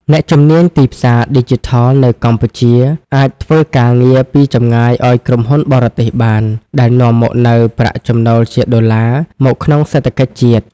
អ្នកជំនាញទីផ្សារឌីជីថលនៅកម្ពុជាអាចធ្វើការងារពីចម្ងាយឱ្យក្រុមហ៊ុនបរទេសបាន ដែលនាំមកនូវប្រាក់ចំណូលជាដុល្លារមកក្នុងសេដ្ឋកិច្ចជាតិ។